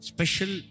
Special